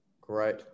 Great